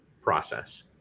process